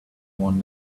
one